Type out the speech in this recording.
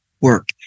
work